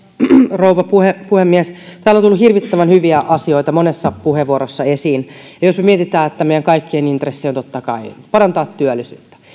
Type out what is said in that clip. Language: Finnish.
rouva puhemies täällä on tullut hirvittävän hyviä asioita monessa puheenvuorossa esiin jos me mietimme että meidän kaikkien intressi on totta kai parantaa työllisyyttä